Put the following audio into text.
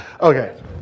Okay